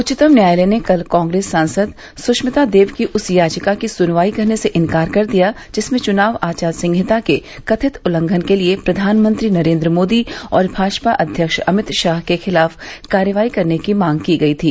उच्चतम न्यायालय ने कल कांग्रेस सांसद सुभिता देव की उस याचिका की सुनवाई करने से इंकार कर दिया जिसमें चुनाव आचार संहिता के कथित उल्लंघन के लिए प्रधानमंत्री नरेन्द्र मोदी और भाजपा अध्यक्ष अमित शाह के खिलाफ कार्रवाई करने की मांग की गयी थी